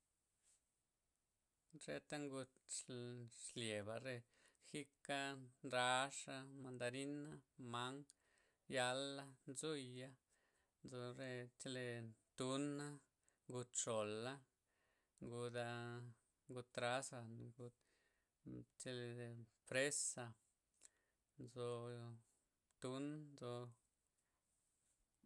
Reta ngud xli- xlyeba' re jika', ndraxa, mandarina' man'g, yala', nzuya' nzo re chele tuna', ngud xola', nguda' trasza'. ngud chele re fresa nzo tun nzo.